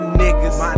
niggas